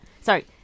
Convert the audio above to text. Sorry